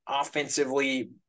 offensively